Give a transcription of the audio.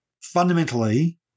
fundamentally